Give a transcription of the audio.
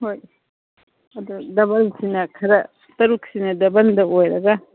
ꯍꯣꯏ ꯑꯗꯣ ꯗꯕꯜꯁꯤꯅ ꯈꯔ ꯇꯔꯨꯛꯁꯤꯅ ꯗꯕꯜꯗ ꯑꯣꯏꯔꯒ